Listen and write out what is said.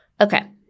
Okay